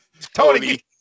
Tony